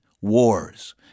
wars